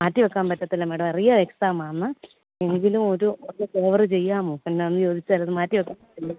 മാറ്റി വെക്കാന് പറ്റത്തില്ല മേഡം അറിയാം എക്സാമാണെന്ന് എങ്കിലും ഒരു ഒര് ഫേവറ് ചെയ്യാമോ എന്നാന്ന് ചോദിച്ചാലത് മാറ്റി വെക്കാന് പറ്റത്തില്ല